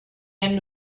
end